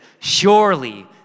surely